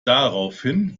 daraufhin